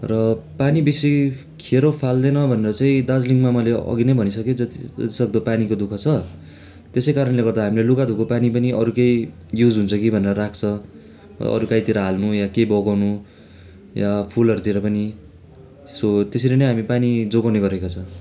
र पानी बेसी खेरो फाल्दैन भनेर चाहिँ दार्जिलिङमा मैले अघि नै भनिसकेँ जति सक्दो पानीको दु ख छ त्यसै कारणले गर्दा हामीले लुगा धुएको पानी पनि अरू केही युज हुन्छ कि भनेर राख्छ अरू कहीँतिर हाल्नु या केही बगाउनु या फुलहरूतिर पनि सो त्यसरी नै हामी पानी जोगाउने गरेका छौँ